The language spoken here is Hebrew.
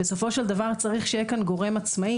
בסופו של דבר צריך שיהיה כאן גורם עצמאי.